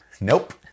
Nope